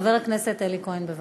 חבר הכנסת אלי כהן, בבקשה.